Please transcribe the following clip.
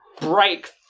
break